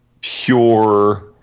pure